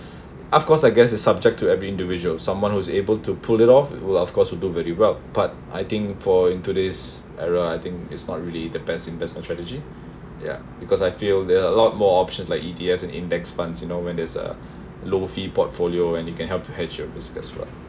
of course I guess it's subject to every individual someone who's able to pull it off will of course do very well but I think for in today's era I think is not really the best investment of strategy ya because I feel there are a lot more option like E_T_F and index funds you know when there's a lower fee portfolio and you can help to hedge your risk as well